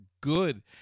good